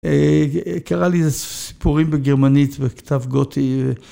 קרא לי סיפורים בגרמנית בכתב גותי.